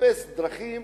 לחפש דרכים